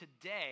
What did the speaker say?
today